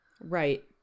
Right